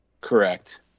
Correct